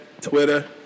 Twitter